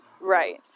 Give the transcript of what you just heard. right